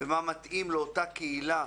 ומה מתאים לאותה קהילה,